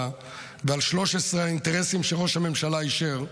ועל 13 האינטרסים שראש הממשלה אישר,